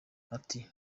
ati